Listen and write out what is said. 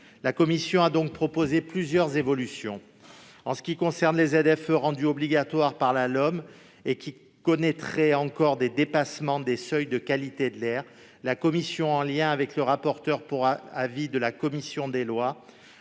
La commission a donc proposé plusieurs évolutions concernant les ZFE rendues obligatoires par la LOM et qui connaîtraient encore des dépassements des seuils de qualité de l'air. En lien avec le rapporteur pour avis de la commission des lois,